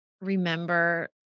remember